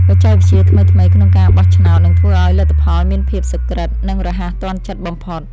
បច្ចេកវិទ្យាថ្មីៗក្នុងការបោះឆ្នោតនឹងធ្វើឱ្យលទ្ធផលមានភាពសុក្រឹត និង រហ័សទាន់ចិត្តបំផុត។